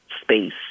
space